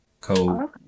code